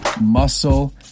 Muscle